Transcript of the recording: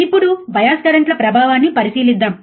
ఇప్పుడు bias current ల ప్రభావాన్ని పరిశీలిద్దాం